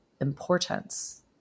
importance